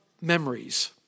memories